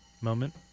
moment